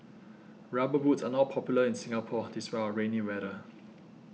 rubber boots are not popular in Singapore despite our rainy weather